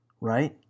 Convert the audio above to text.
right